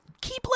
keep